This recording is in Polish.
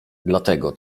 dlatego